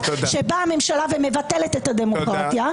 שבאה הממשלה ומבטלת את הדמוקרטיה,